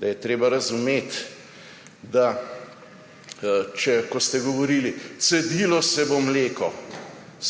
Da je treba razumeti, ko ste govorili, cedilo se bo mleko.